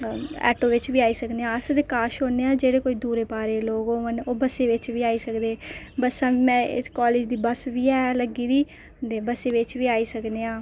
auto बिच्च बी आई सकने आं अस कश होने हा जेहडे ते दूरे पारे दे लोग होङन ओह् बस्सें बिच बी आई सकदे बस्सां ना इस कालेज दी बस बी है लग्गी दी ते बस्सा बिच्च बी आई सकने